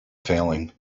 failing